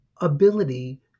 ability